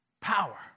power